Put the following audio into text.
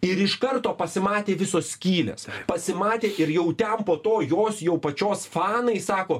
ir iš karto pasimatė visos skylės pasimatė ir jau ten po to jos jau pačios fanai sako